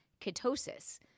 ketosis